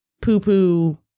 poo-poo